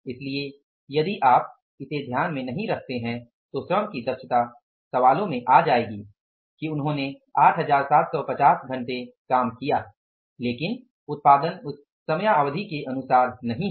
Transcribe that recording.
इसलिए यदि आप इसे ध्यान में नहीं रखते हैं तो श्रम की दक्षता सवालों में आ जाएगी कि उन्होंने 8750 घंटे काम किया लेकिन उत्पादन उस समायावधि के अनुसार नहीं है